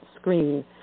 Screen